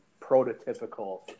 prototypical